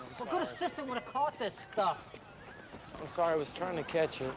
but good assistant woulda caught this stuff. i'm sorry, i was trying to catch it.